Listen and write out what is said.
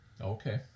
okay